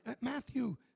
Matthew